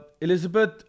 Elizabeth